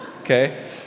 okay